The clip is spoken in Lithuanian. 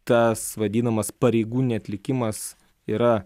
tas vadinamas pareigų neatlikimas yra